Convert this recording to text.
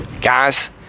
Guys